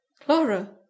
Clara